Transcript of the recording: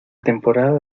temporada